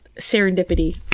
serendipity